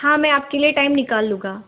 हाँ मैं आपके लिए टाइम निकाल लूँगा